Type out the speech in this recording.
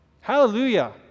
Hallelujah